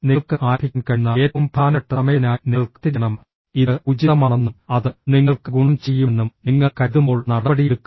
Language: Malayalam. നിങ്ങൾക്ക് ആരംഭിക്കാൻ കഴിയുന്ന ഏറ്റവും പ്രധാനപ്പെട്ട സമയത്തിനായി നിങ്ങൾ കാത്തിരിക്കണം ഇത് ഉചിതമാണെന്നും അത് നിങ്ങൾക്ക് ഗുണം ചെയ്യുമെന്നും നിങ്ങൾ കരുതുമ്പോൾ നടപടിയെടുക്കുക